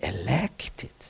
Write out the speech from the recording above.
elected